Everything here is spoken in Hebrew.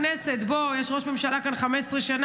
כנסת,